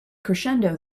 crescendo